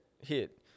hit